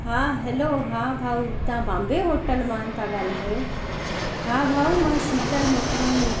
हा हैलो हा भाउ तव्हां बॉम्बे होटल मां था ॻाल्हायो हा भाउ मां शीतल मोटवानी